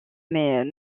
mais